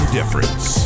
Difference